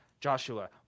Joshua